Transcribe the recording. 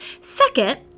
Second